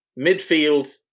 Midfield